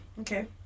Okay